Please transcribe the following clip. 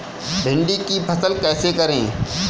भिंडी की फसल कैसे करें?